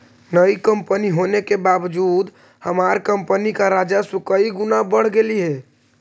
नई कंपनी होने के बावजूद हमार कंपनी का राजस्व कई गुना बढ़ गेलई हे